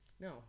No